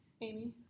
Amy